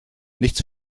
nichts